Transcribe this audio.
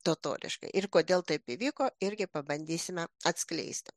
totoriškai ir kodėl taip įvyko irgi pabandysime atskleisti